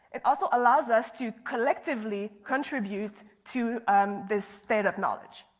it also allows us to collectively contribute to the state of knowledge.